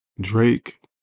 Drake